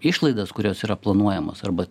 išlaidas kurios yra planuojamos arba